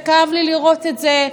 וכאב לי לראות את זה,